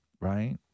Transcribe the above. right